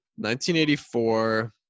1984